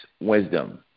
wisdom